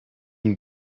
you